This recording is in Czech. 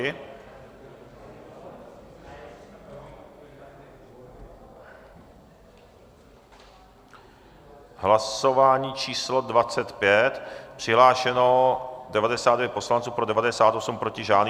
V hlasování číslo 25 přihlášeno 99 poslanců, pro 98, proti žádný.